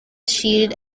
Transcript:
shield